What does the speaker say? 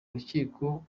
urukiko